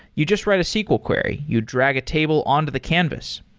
you just write a sql query. you drag a table on to the canvas.